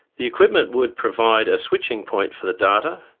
the equipment would provide a switching point for the data,